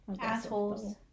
assholes